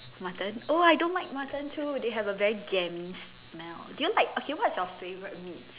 mutton oh I don't like mutton too they have a very gamey smell do you like okay what's your favourite meat